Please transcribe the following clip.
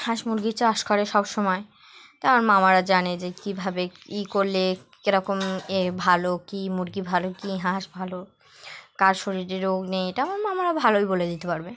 হাঁস মুরগির চাষ করে সব সময় তো আমার মামারা জানে যে কীভাবে কি করলে কীরকম এ ভালো কী মুরগি ভালো কী হাঁস ভালো কার শরীরে রোগ নেই এটা আমার মামারা ভালোই বলে দিতে পারবে